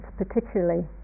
particularly